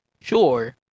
sure